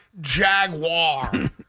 Jaguar